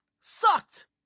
sucked